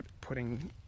putting